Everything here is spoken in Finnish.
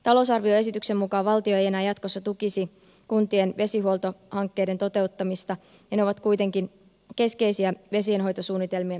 talousarvioesityksen mukaan valtio ei enää jatkossa tukisi kuntien vesihuoltohankkeiden toteuttamista ja ne ovat kuitenkin keskeisiä vesienhoitosuunnitelmien toteuttamisessa